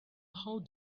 how